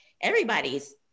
everybody's